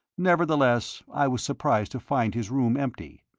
nevertheless, i was surprised to find his room empty,